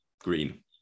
green